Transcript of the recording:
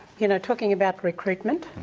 you know, talking about recruitment,